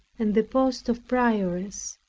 and the post of prioress.